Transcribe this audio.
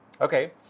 Okay